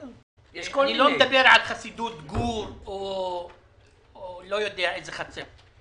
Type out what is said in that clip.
אני לא מדבר על חסידות גור או לא יודע איזו חצר.